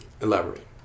elaborate